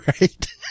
Right